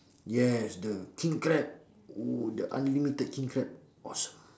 yes the king crab oo the unlimited king crab awesome